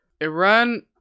Iran